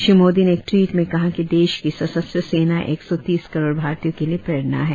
श्री मोदी ने एक ट्वीट में कहा कि देश की सशस्त्र सेनाएं एक सौ तीस करोड़ भारतीयों के लिए प्रेरणा है